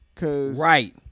Right